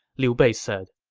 liu bei said,